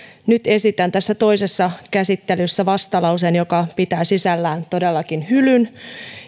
nyt esitän tässä toisessa käsittelyssä vastalauseen joka pitää sisällään todellakin hylyn